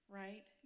right